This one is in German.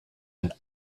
ein